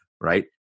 right